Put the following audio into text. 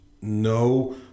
no